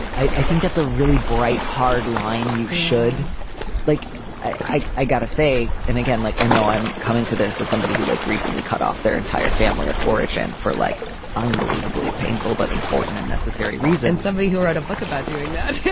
and i i think that's a really bright, hard line you should like i i got to say and again, like i know i'm coming to this as somebody who like recently cut off their entire family of origin for like unbelievably painful but important and necessary reason. somebody who wrote a book about doing that